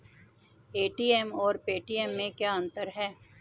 ATM और Paytm में क्या अंतर है?